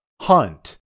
hunt